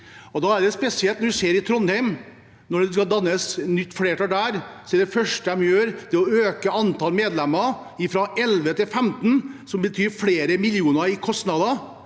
i Trondheim, er det første de gjør å øke antall medlemmer fra 11 til 15, som betyr flere millioner i kostnader